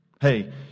Hey